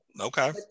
Okay